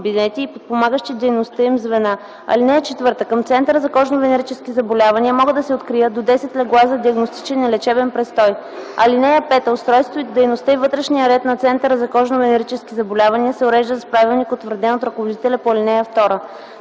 звена. (4) Към центъра за кожно-венерически заболявания могат да се откриват до 10 легла за диагностичен и лечебен престой. (5) Устройството, дейността и вътрешният ред на центъра за кожно-венерически заболявания се уреждат с правилник, утвърден от ръководителя по ал. 2.